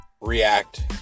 react